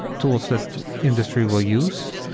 tools that industry will use.